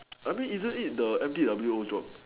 I mean isn't it the M T W o job